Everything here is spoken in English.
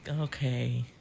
Okay